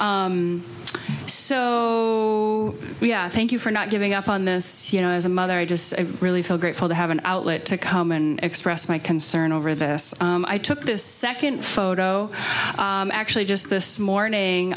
so thank you for not giving up on this you know as a mother i just really feel grateful to have an outlet to come and express my concern over this i took this second photo actually just this morning